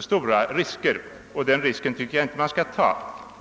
stora risker. Sådana risker tycker jag inte man skall ta.